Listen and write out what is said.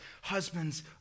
Husbands